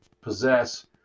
possess